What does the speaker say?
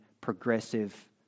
progressive